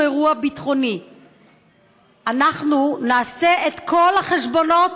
אירוע ביטחוני אנחנו נעשה את כל החשבונות.